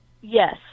Yes